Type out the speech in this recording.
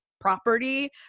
property